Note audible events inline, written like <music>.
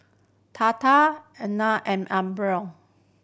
Tata Anand and <unintelligible>